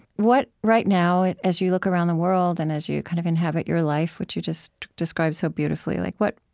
what, right now, as you look around the world and as you kind of inhabit your life, which you just described so beautifully, like what